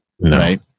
right